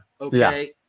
okay